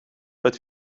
but